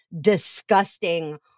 disgusting